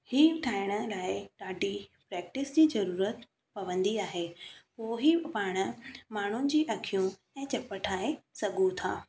हीउ ठाहिण लाइ ॾाढी प्रैक्टिस जी ज़रूरत पवंदी आहे उहो ई पाण माण्हुनि जी अखियूं ऐं चप ठाहे सघूं था